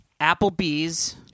Applebee's